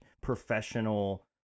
professional